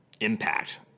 impact –